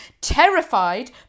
Terrified